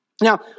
Now